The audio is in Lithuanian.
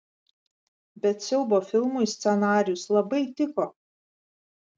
bet siaubo filmui scenarijus labai tiko